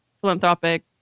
philanthropic